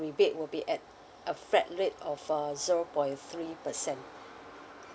rebate would be at a flat rate of uh zero point three percent